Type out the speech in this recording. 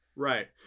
Right